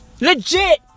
Legit